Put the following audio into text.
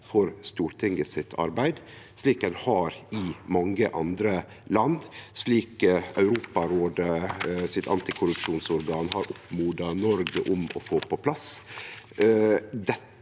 for Stortingets arbeid, slik ein har i mange andre land, og slik Europarådets antikorrupsjonsorgan har oppmoda Noreg om å få på plass.